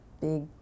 big